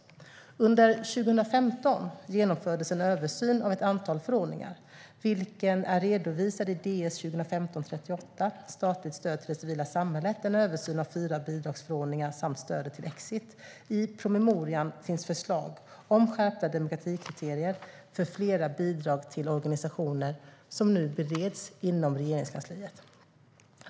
Under 2015 genomfördes en översyn av ett antal förordningar, vilken är redovisad i DS 2015:38, Statligt stöd till det civila samhället - en översyn av fyra bidragsförordningar samt stödet till Exit . I promemorian finns förslag om skärpta demokratikriterier för flera bidrag till organisationer som nu bereds inom Regeringskansliet.